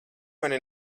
mani